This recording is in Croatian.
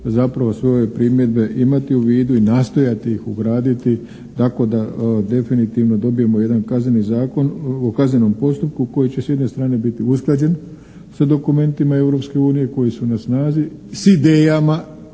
Zapravo sve ove primjedbe imati u vidu i nastojati ih ugraditi tako da definitivno dobijemo jedan kazneni zakon, o kaznenom postupku koji će s jedne strane biti usklađen sa dokumentima Europske unije koji su na snazi s idejama